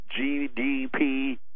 GDP